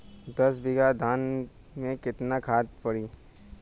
दस बिघा धान मे केतना खाद परी?